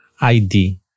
ID